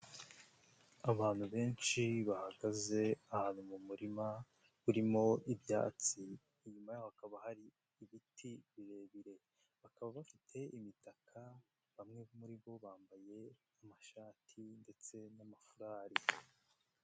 Abantu benshi bahagaze ahantu mu murima urimo ibyatsi, inyuma y'aho hakaba hari ibiti birebire, bakaba bafite imitaka bamwe muri bo bambaye amashati ndetse n'amafurari.